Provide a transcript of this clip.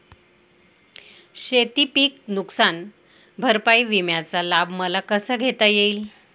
शेतीपीक नुकसान भरपाई विम्याचा लाभ मला कसा घेता येईल?